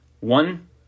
One